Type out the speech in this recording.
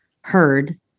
heard